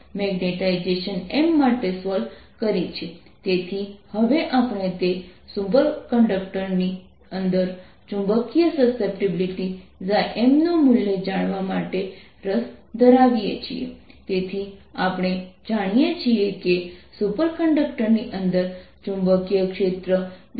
Vr rREdrrRRσ0rdr σR0 lnrrRVrσR0ln Rr તેથી હવે કારણ કે આપણે જાણીએ છીએ કે બિંદુ r પરનું વિદ્યુતક્ષેત્ર એ E Rσ0r છે